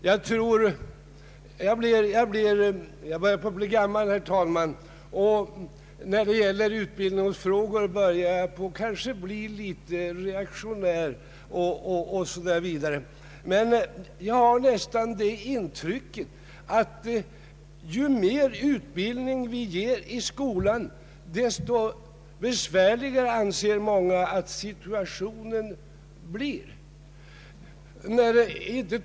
Jag börjar på att bli gammal, herr talman, och när det gäller utbildningsfrågor börjar jag kanske på att bli litet reaktionär. Men jag har nästan det intrycket att ju mer utbildning vi ger i skolan, desto besvärligare anser många att situationen blir.